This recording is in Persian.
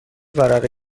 ورقه